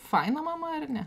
faina mama ar ne